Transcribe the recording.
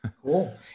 Cool